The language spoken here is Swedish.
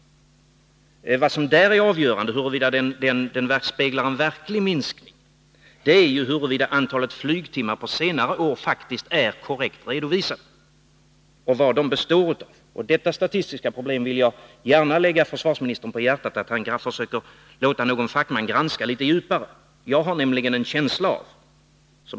Vad som är avgörande för frågan om den speglar en verklig minskning är ju huruvida antalet flygtimmar på senare år faktiskt är korrekt redovisat och vad dessa flygtimmar består av. Jag vill gärna lägga försvarsministern på hjärtat att han försöker låta någon fackman granska detta statistiska problem litet djupare.